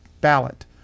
ballot